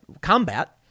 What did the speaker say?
combat